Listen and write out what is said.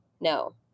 No